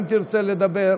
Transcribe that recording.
אם תרצה לדבר,